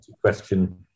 question